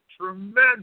tremendous